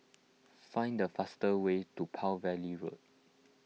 find the fast way to Palm Valley Road